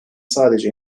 sadece